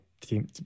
team